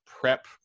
prep